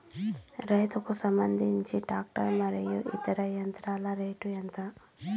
రైతుకు సంబంధించిన టాక్టర్ మరియు ఇతర యంత్రాల రేటు ఎంత?